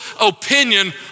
opinion